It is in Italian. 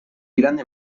grande